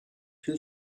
two